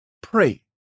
pray